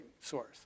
source